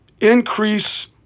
increase